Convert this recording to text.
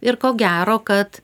ir ko gero kad